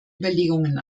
überlegungen